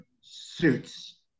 suits